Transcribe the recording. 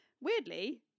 Weirdly